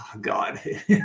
God